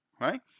right